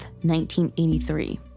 1983